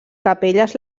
capelles